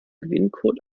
gewinncode